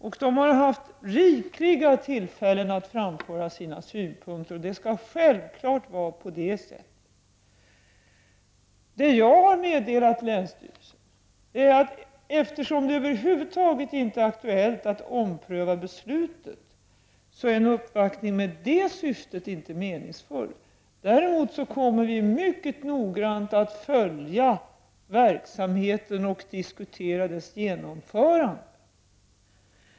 Man har haft rikligt med tillfällen att framföra synpunkter, och självfallet skall det vara på det sättet. Vad jag har meddelat länsstyrelsen är att en uppvaktning med det syftet inte är meningsfull, eftersom det över huvud taget inte är aktuellt att ompröva beslutet. Däremot kommer vi att mycket noga följa verksamheten och diskutera dess genomförande.